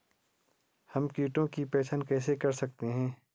हम कीटों की पहचान कैसे कर सकते हैं?